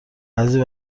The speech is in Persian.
بعضی